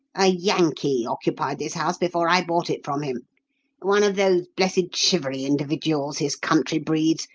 a yankee occupied this house before i bought it from him one of those blessed shivery individuals his country breeds,